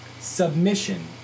submission